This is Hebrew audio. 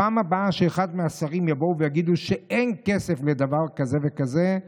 בפעם הבאה שאחד מהשרים יבוא ויגיד שאין כסף לדבר כזה וכזה,